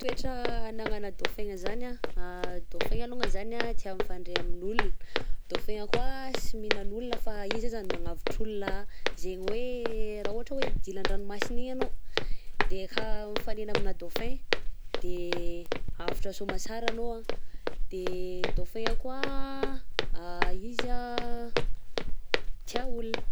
Toetra anagna dauphin-gna zany an, dauphin-gna alaonga zany a tia mifandre amin'ny olo, dauphin-gna koà sy minan'olo fa izy azany magnavotr'olo zegny hoe raha ohatra hoe dila an-dranomasina igny anao de ka mifanena amina dauphin de avotra saomantsara anao an, de dauphin koà izy a tia olo.